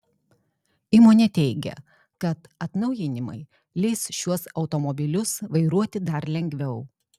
įmonė teigia kad atnaujinimai leis šiuos automobilius vairuoti dar lengviau